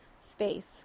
space